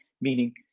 meaning